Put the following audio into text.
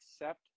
accept